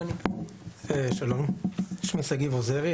שמי שגיב עוזרי,